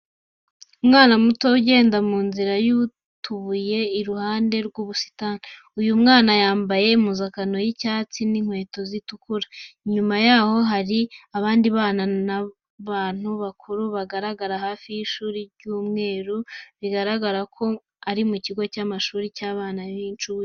Umwana muto ugenda mu nzira y'utubuye iri ruhande rw'ubusitani. Uyu mwana yambaye impuzankano y'icyatsi n'inkweto zitukura. Nyuma y'aho hari abandi bana n'abantu bakuru bagaragara hafi y'ishuri ry'umweru. Bigaragara ko ari mu kigo cy'amashuri cy'abana b'inshuke.